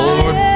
Lord